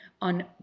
on